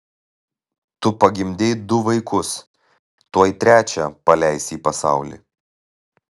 tu pagimdei du vaikus tuoj trečią paleisi į pasaulį